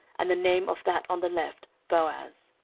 and the name of that on the left boaz.